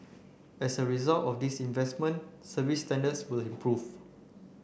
as a result of these investment service standards will improve